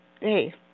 Hey